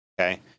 Okay